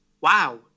wow